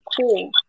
cool